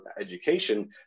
education